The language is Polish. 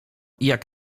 jak